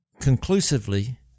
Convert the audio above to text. conclusively